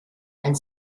and